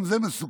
גם זה מסוכן.